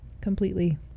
completely